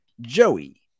Joey